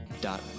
dot